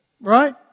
Right